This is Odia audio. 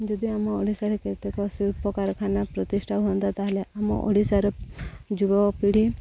ଯଦି ଆମ ଓଡ଼ିଶାରେ କେତେକ ଶିଳ୍ପ କାରଖାନା ପ୍ରତିଷ୍ଠା ହୁଅନ୍ତା ତା'ହେଲେ ଆମ ଓଡ଼ିଶାର ଯୁବପିଢ଼ି